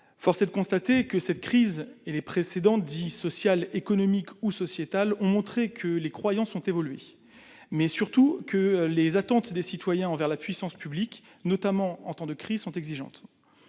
Force est de constater que cette crise, comme les précédentes, qu'elles aient été sociales, économiques ou sociétales, ont montré que les croyances ont évolué, mais surtout que les attentes des citoyens envers la puissance publique, notamment en pareille période, sont très